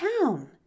town